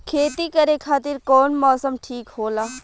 खेती करे खातिर कौन मौसम ठीक होला?